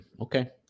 Okay